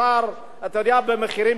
במחירים כאלה גבוהים,